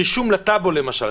רישום לטאבו למשל.